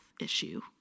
issue